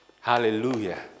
Hallelujah